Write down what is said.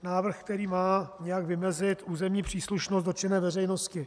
Návrh, který má nějak vymezit územní příslušnost dotčené veřejnosti.